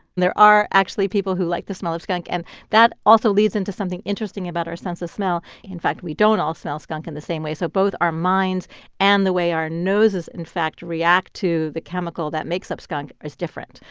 there are, actually, people who like the smell of skunk, and that also leads into something interesting about our sense of smell. in fact, we don't all smell skunk in and the same way, so both our minds and the way our noses, in fact, react to the chemical that makes up skunk is different.